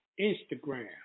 Instagram